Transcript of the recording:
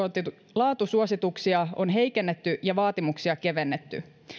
laatusuosituksia on heikennetty ja vaatimuksia kevennetty